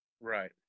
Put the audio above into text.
Right